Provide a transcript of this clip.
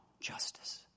justice